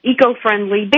eco-friendly